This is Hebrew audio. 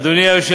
ואחרים.